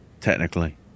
technically